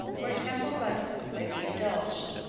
where tempo license may be indulged.